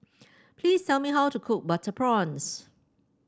please tell me how to cook Butter Prawns